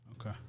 Okay